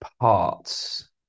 parts